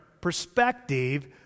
perspective